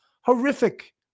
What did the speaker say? horrific